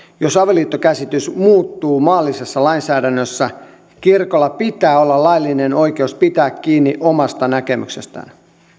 jos avioliittokäsitys muuttuu maallisessa lainsäädännössä kirkolla pitää olla laillinen oikeus pitää kiinni omasta näkemyksestään